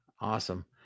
Awesome